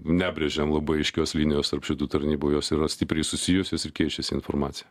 nebrėžiam labai aiškios linijos tarp šitų tarnybų jos yra stipriai susijusios ir keičiasi informacija